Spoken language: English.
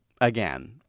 again